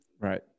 right